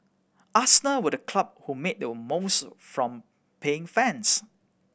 Arsenal were the club who made the most from paying fans